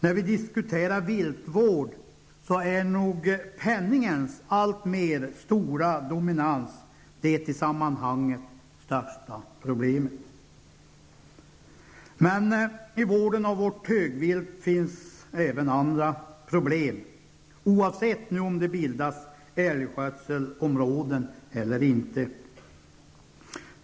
När vi diskuterar viltvård är nog penningens alltmer stora dominans det i sammanhanget största problemet. I vården av vårt högvilt finns även andra problem, oavsett om det bildas älgskötselområden eller inte.